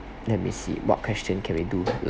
let me see what question can we do the